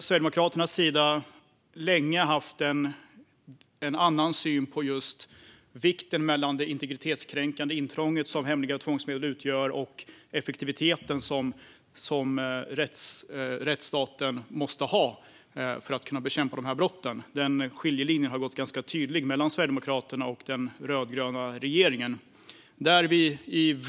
Sverigedemokraterna har länge haft en annan syn på jämvikten mellan det integritetskränkande intrånget som hemliga tvångsmedel utgör och effektiviteten som rättsstaten måste ha för att kunna bekämpa dessa brott. Skiljelinjen mellan Sverigedemokraterna och den rödgröna regeringen har varit ganska tydlig.